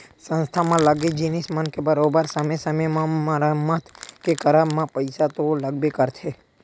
संस्था म लगे जिनिस मन के बरोबर समे समे म मरम्मत के करब म पइसा तो लगबे करथे